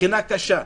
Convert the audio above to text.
בחינה קשה,